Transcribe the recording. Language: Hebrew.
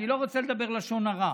אני לא רוצה לדבר לשון הרע.